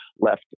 left